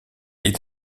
est